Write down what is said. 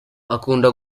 akunda